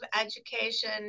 education